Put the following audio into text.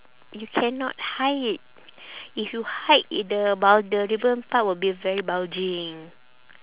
you cannot hide it if you hide it the bul~ the ribbon part will be very bulging